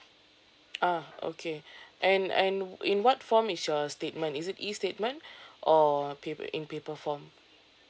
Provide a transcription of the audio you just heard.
ah okay and and in what form is your statement is it E statement or paper in paper form